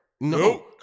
No